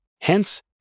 Hence